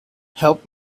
help